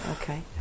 Okay